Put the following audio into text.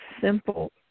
simple